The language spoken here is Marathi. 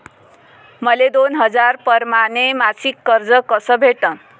मले दोन हजार परमाने मासिक कर्ज कस भेटन?